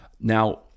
Now